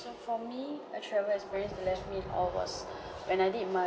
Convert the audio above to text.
so for me a travel experience left me in awe was when I did my